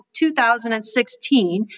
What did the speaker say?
2016